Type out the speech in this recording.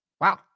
wow